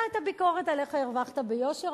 אתה את הביקורת עליך הרווחת ביושר,